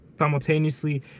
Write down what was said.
simultaneously